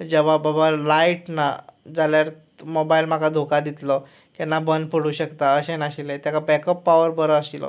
जाल्यार बाबा लायट ना जाल्यार मोबायल म्हाका धोका दितलो केन्नाय बंद पडूं शकता अशें नाशिल्ले तेका बॅकअप पावर बरो आशिल्लो